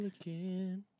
again